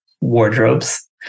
wardrobes